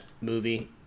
movie